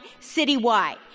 citywide